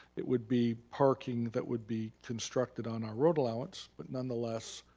it would be parking that would be constructed on our road allowance, but none-the-less.